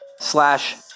slash